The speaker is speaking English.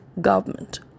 government